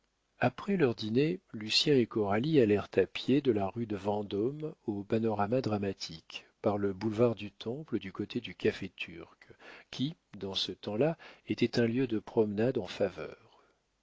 après leur dîner lucien et coralie allèrent à pied de la rue de vendôme au panorama dramatique par le boulevard du temple du côté du café turc qui dans ce temps-là était un lieu de promenade en faveur